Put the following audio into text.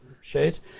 shades